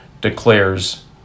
declares